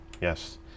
yes